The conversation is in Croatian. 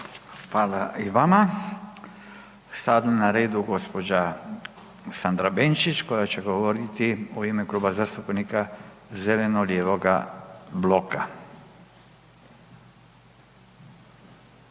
Hvala i vama. Sada je ne redu gospođa Sandra Benčić, koja će govoriti u ime Kluba zastupnika zeleno-lijevoga bloka. Izvolite.